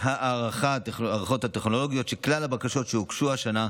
הערכת הטכנולוגיות של כלל הבקשות שהוגשו השנה,